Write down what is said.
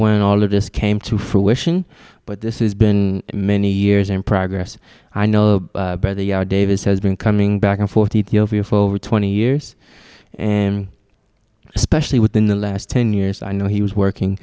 when all of this came to fruition but this is been many years in progress i know by the hour davis has been coming back and forth ethiopia for over twenty years and especially within the last ten years i know he was working